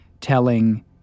telling